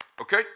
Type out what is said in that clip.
Okay